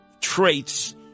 traits